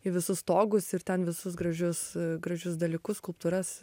į visus stogus ir ten visus gražius gražius dalykus skulptūras